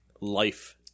Life